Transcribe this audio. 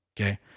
Okay